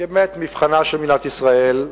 כי באמת מבחנה של מדינת ישראל,